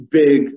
big